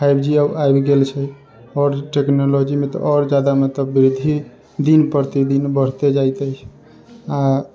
five G आब आबि गेल छै आओर टेक्नोलॉजी मे तऽ आओर जादा मतलब वृद्धि दिन प्रतिदिन बढ़ते जायत अछि आ